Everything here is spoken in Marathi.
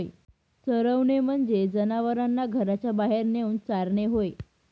चरवणे म्हणजे जनावरांना घराच्या बाहेर नेऊन चारणे होय